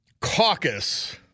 caucus